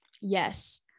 yes